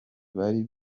bari